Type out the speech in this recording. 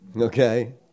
okay